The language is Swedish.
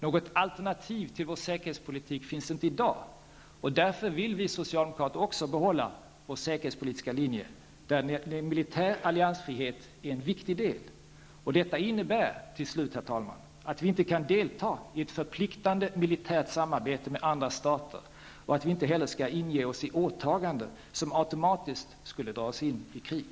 Något alternativ till vår säkerhetspolitik finns inte i dag, och därför vill också vi socialdemokrater behålla vår säkerhetspolitiska linje där militär alliansfrihet är en viktig del. Herr talman! Detta innebär till slut att vi inte kan delta i ett förpliktigande militärt samarbete med andra stater och att vi inte heller skall ge oss in i åtaganden som automatiskt skulle dra oss in i krig.